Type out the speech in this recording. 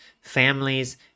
families